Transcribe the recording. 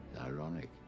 Ironic